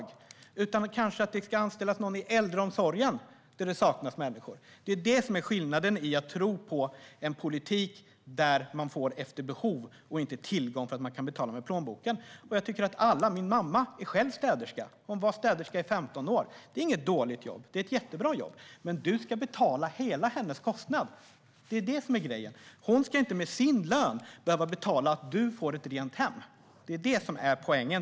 I stället kanske det ska anställas någon i äldreomsorgen, där det saknas människor. Det är det som är skillnaden mot vår politik, där man får tillgång efter behov och inte tillgång för att man kan betala ur plånboken. Min mamma är själv städerska. Hon var städerska i 15 år. Det är inget dåligt jobb, det är ett jättebra jobb. Men du ska betala hela hennes kostnad. Det är det som är grejen. Hon ska inte med sin lön behöva betala för att du ska få ett rent hem. Det är det som är poängen.